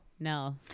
No